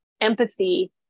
empathy